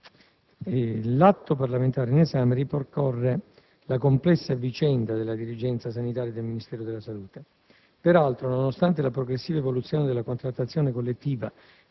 Presidente, l'atto parlamentare in esame ripercorre la complessa vicenda della dirigenza sanitaria del Ministero della salute.